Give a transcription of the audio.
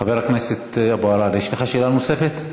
חבר הכנסת אבו עראר, יש לך שאלה נוספת?